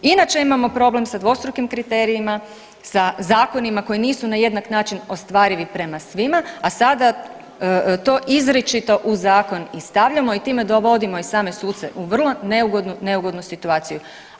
Inače imamo problem sa dvostrukim kriterijima, sa zakonima koji nisu na jednak način ostvarivi prema svima, a sada to izričito u zakon i stavljamo i time dovodimo i same suce u vrlo neugodnu, neugodnu situaciju.